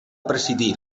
presidir